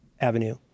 avenue